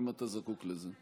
אם אתה זקוק לזה.